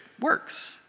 works